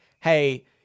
hey